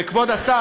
וכבוד השר,